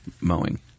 mowing